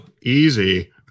easy